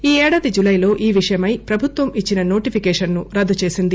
ఈ ఏడాది జులైలో ఈ విషయమై ప్రభుత్వం ఇచ్చిన నోటిఫికేషస్ను రద్దు చేసింది